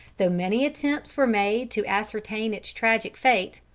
though many attempts were made to ascertain its tragic fate,